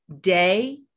day